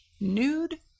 nude